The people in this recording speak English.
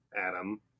Adam